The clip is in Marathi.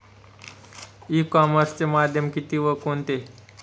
ई कॉमर्सचे माध्यम किती व कोणते?